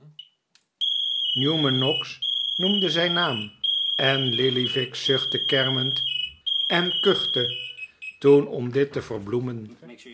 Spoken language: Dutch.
newman noggs noemde zijn naam en lillyvick zuchtte kermend en kuchte toen om dit te verbloemen